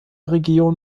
region